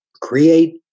create